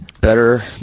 better